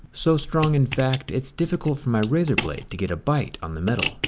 so strong, in fact, it's difficult for my razor blade to get a bite on the metal.